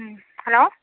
hello